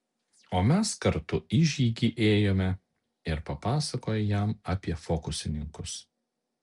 o mes kartu į žygį ėjome ir papasakojo jam apie fokusininkus